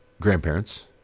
grandparents